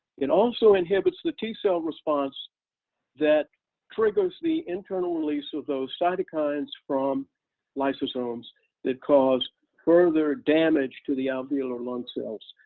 it also inhibits the t-cell response that triggers the internal release of those cytokines from lysosomes that cause further damage to the alveolar lung cells,